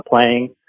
playing